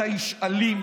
אתה איש אלים,